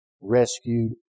rescued